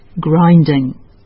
grinding